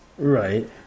Right